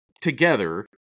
together